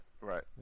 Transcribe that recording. Right